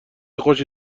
خوشی